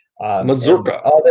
mazurka